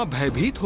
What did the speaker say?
um have yeah to